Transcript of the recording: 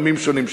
עמים שונים,